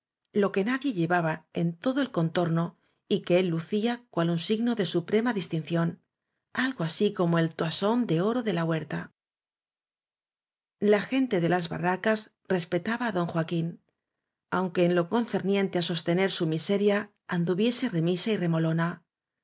lo que nadie llevaba en todo el contorno y que él lucía cual un signo de suprema distinción algo así como el toisón de oro de la huerta la gente de las barracas respetaba á don joaquín aunque en lo concerniente á sostener su miseria anduviese remisa y remolona